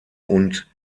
und